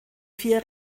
vier